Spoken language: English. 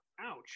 Ouch